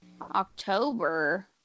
October